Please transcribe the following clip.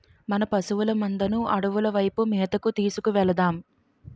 మన పశువుల మందను అడవుల వైపు మేతకు తీసుకు వెలదాం